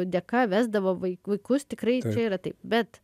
dėka vesdavo vaikus tikrai čia yra taip bet